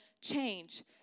change